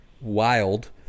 wild